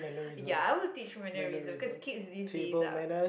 ya I will teach mannerism because kids these days are